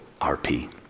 RP